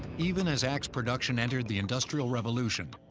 even as axe production entered the industrial revolution,